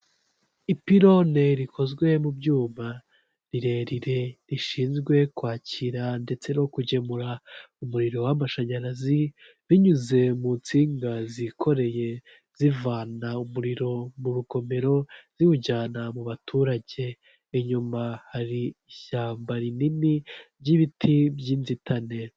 Ipirone rikozwe mu byuma rirerire rishinzwe kwakira ndetse no kugemura umuriro w'amashanyarazi binyuze mu nsinga zikoreye zivana umuriro mu rugomero ziwujyana mu baturage, inyuma hari ishyamba rinini ry'ibiti by'inzitane.